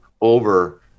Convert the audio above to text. over